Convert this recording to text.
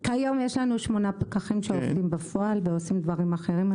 כיום יש לנו ישנם שמונה פקחים שעובדים בפועל ועושים דברים אחרים.